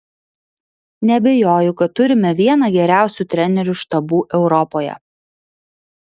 neabejoju kad turime vieną geriausių trenerių štabų europoje